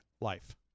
life